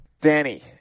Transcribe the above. Danny